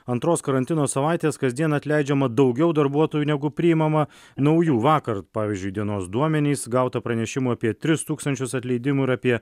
antros karantino savaites kasdien atleidžiama daugiau darbuotojų negu priimama naujų vakar pavyzdžiui dienos duomenys gauta pranešimų apie tris tūkstančius atleidimų ir apie